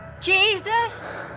Jesus